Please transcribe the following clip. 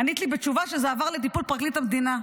ענית לי בתשובה שזה עבר לטיפול פרקליט המדינה.